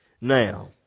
Now